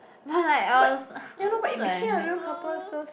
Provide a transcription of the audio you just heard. but like I was what the hell